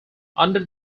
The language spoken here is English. under